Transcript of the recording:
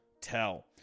tell